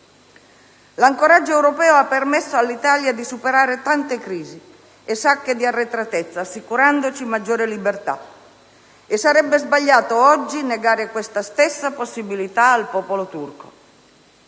L'ancoraggio europeo ha permesso all'Italia di superare tante crisi e sacche di arretratezza, assicurandoci maggiore libertà, e sarebbe sbagliato negare oggi questa stessa possibilità al popolo turco.